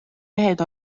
mehed